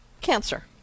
cancer